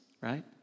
right